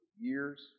years